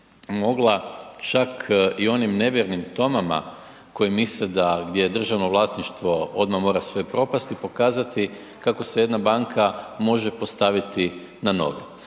mogla čak i onim nevjernim Tomama koji misle da gdje je državno vlasništvo odmah mora sve propasti, pokazati kako se jedna banka može postaviti na noge.